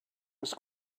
was